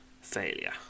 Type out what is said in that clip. Failure